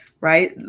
right